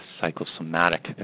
psychosomatic